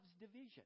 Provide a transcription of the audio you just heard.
division